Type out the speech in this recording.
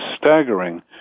staggering